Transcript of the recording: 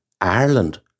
Ireland